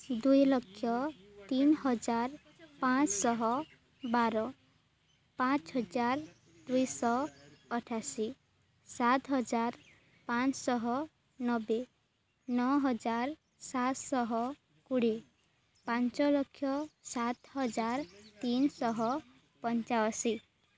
ଦୁଇ ଲକ୍ଷ ତିନି ହଜାର ପାଞ୍ଚଶହ ବାର ପାଞ୍ଚ ହଜାର ଦୁଇଶହ ଅଠାଅଶୀ ସାତ ହଜାର ପାଞ୍ଚଶହ ନବେ ନଅ ହଜାର ସାତଶହ କୋଡ଼ିଏ ପାଞ୍ଚଲକ୍ଷ ସାତହଜାର ତିନିଶହ ପଞ୍ଚାଅଶୀ